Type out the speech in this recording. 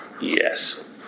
Yes